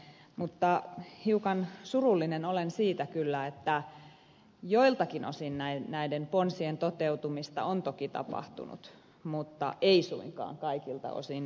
mutta hiukan surullinen olen siitä kyllä että joiltakin osin näiden ponsien toteutumista on toki tapahtunut mutta ei suinkaan kaikilta osin